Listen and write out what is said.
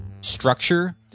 structure